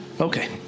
Okay